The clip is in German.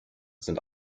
sind